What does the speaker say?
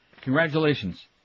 Congratulations